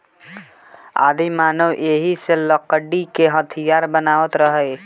आदिमानव एही से लकड़ी क हथीयार बनावत रहे